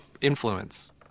influence